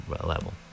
level